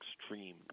extreme